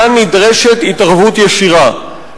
כאן נדרשת התערבות ישירה,